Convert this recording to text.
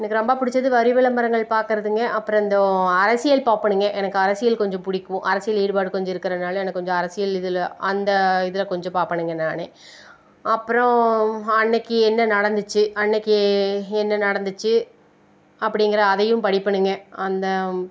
எனக்கு ரொம்ப பிடிச்சது வரி விளம்பரங்கள் பார்க்குறதுங்க அப்புறோம் இந்தோ அரசியல் பார்ப்பணுங்க எனக்கு அரசியல் கொஞ்சம் பிடிக்கும் அரசியல் ஈடுபாடு கொஞ்சம் இருக்கிறனால எனக்கு கொஞ்சம் அரசியல் இதில் அந்த இதில் கொஞ்சம் பார்ப்பணுங்க நானு அப்புறோம் அன்றைக்கு என்ன நடந்துச்சு அன்றைக்கு என்ன நடந்துச்சு அப்படிங்குற அதையும் படிப்பணுங்க அந்த